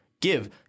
give